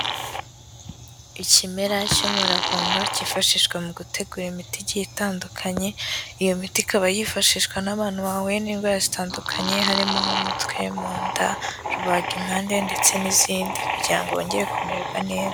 Ikimera cy'umuravumba cyifashishwa mu gutegura imiti igiye itandukanye, iyo miti ikaba yifashishwa n'abantu bahuye n'indwara zitandukanye harimo nk'umutwe, mu nda, rubagimpande ndetse n'izindi kugira ngo bongere kumererwa neza.